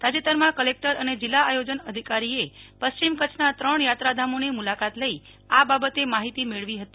તાજેતરમાં કલેક્ટર અને જિલ્લા આયોજન અધિકારીએ પશ્ચિમ કચ્છના ત્રણ યાત્રાધામોની મુલાકાત લઈ આ બાબતે માહિતી મેળવી હતી